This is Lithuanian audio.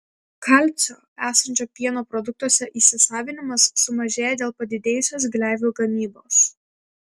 kalcio esančio pieno produktuose įsisavinimas sumažėja dėl padidėjusios gleivių gamybos